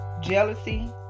jealousy